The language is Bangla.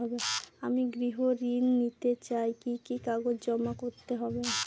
আমি গৃহ ঋণ নিতে চাই কি কি কাগজ জমা করতে হবে?